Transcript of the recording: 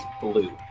blue